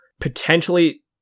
potentially